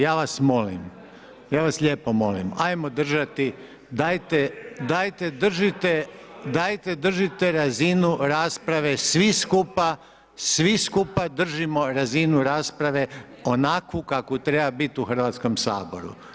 Ja vas molim, ja vas lijepo molim, ajmo držati, dajte držite razinu rasprave svi skupa, svi skupa držimo razinu rasprave onakvu kakva treba biti u Hrvatskom saboru.